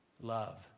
love